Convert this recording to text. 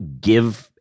give